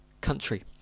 country